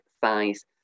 size